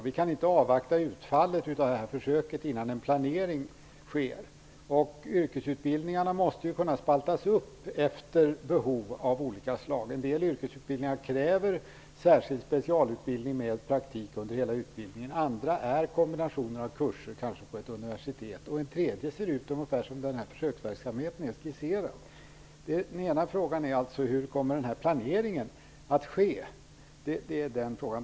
Vi kan inte avvakta utfallet av detta försök innan en planering görs, och yrkesutbildningarna måste kunna spaltas upp efter behov av olika slag. En del yrkesutbildningar kräver specialutbildning med praktik under hela utbildningen. Andra är kombinationer av kurser, kanske på ett universitet. En tredje modell ser ut ungefär som den försöksverksamhet som är skisserad. Den ena frågan är alltså hur denna planering kommer att ske.